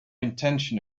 intention